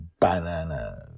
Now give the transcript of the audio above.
bananas